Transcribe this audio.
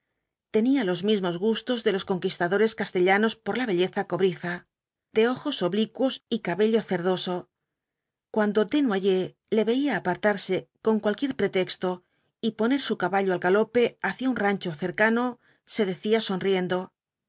tenía los mismos gustos de los conquistadores castellanos por la belleza cobriza de ojos oblicuos y cabello cerdoso cuando desnoyers le veía apartarse con cualquier pretexto y poner su caballo al galope hacia un rancho cercano se decía sonriendo